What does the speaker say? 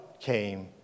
came